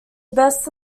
best